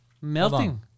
Melting